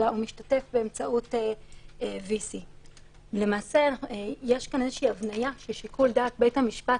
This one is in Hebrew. אלא הוא משתתף באמצעות VC. יש כאן הבנייה ששיקול דעת בית המשפט,